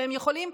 והם יכולים,